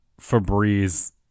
Febreze